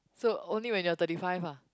so only when you're thirty five ah